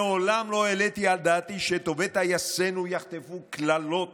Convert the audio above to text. מעולם לא העליתי בדעתי שטובי טייסינו יחטפו קללות